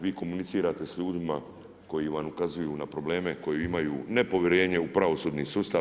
Vi komunicirate s ljudima koji vam ukazuju na probleme koji imaju nepovjerenje u pravosudni sustav.